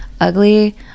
ugly